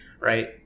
right